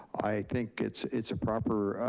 i think it's it's a proper,